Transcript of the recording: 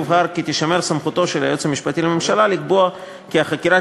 יובהר כי תישמר סמכותו של היועץ המשפטי לממשלה לקבוע כי החקירה